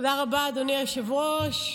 תודה רבה, אדוני היושב-ראש.